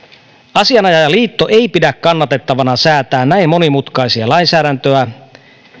asianajajaliitto ei pidä kannatettavana säätää näin monimutkaista lainsäädäntöä